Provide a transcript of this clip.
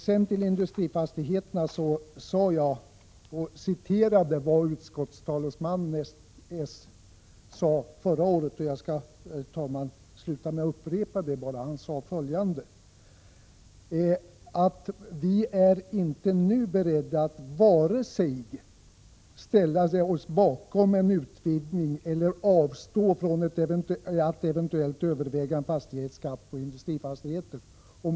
I fråga om industrifastigheterna citerade jag vad den socialdemokratiske utskottstalesmannen sade förra året. Jag skall, herr talman, upprepa det han sade: Vi är inte nu beredda att vare sig ställa oss bakom en utvidgning eller avstå från att eventuellt överväga en fastighetsskatt på industrifastigheter.